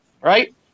right